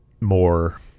more